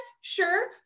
Sure